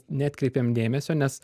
neatkreipiam dėmesio nes